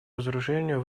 разоружению